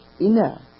inner